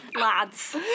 lads